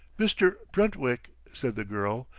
mr. brentwick, said the girl,